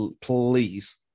please